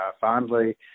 fondly